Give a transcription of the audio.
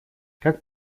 как